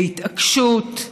להתעקשות,